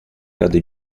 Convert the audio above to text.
cade